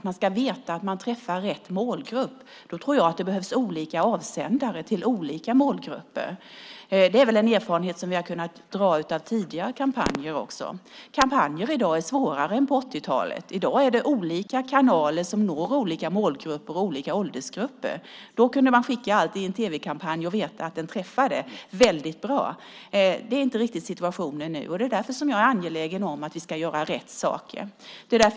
Man ska veta att man träffar rätt målgrupp. Jag tror att det behövs olika avsändare till olika målgrupper. Det är också den erfarenhet vi har kunnat dra av tidigare kampanjer. Kampanjer är svårare att genomföra i dag än på 80-talet. I dag är det olika kanaler som når olika målgrupper och olika åldersgrupper. Då kunde man skicka allt i en tv-kampanj och veta att den träffade väldigt bra. Sådan är inte riktigt situationen nu. Därför är jag angelägen om att vi ska göra rätt saker.